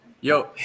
Yo